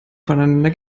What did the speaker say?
voneinander